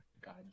God